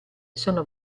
sono